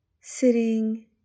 Sitting